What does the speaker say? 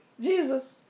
Jesus